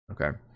Okay